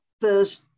first